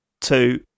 two